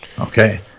okay